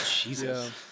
Jesus